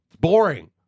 Boring